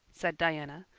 said diana,